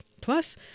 Plus